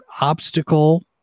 obstacle